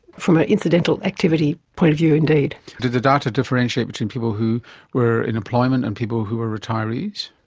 from an incidental activity point of view, indeed. did the data differentiate between people who were in employment and people who were retirees?